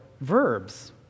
verbs